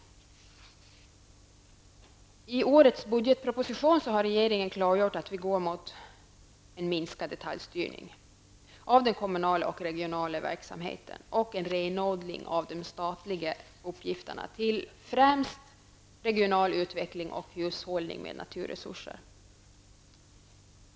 I årets budgetproposition har regeringen klargjort att vi går mot en minskad detaljstyrning av den kommunala och regionala verksamheten och en renodling av de statliga uppgifterna till främst regional utveckling och hushållning med naturresurser.